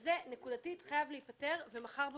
זה נקודתית חייב להיפתר כבר מחר בבוקר.